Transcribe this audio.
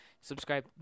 subscribe